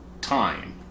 time